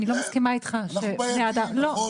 אני לא מסכימה איתך -- אנחנו בעייתיים, נכון.